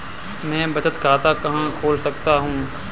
मैं बचत खाता कहाँ खोल सकता हूँ?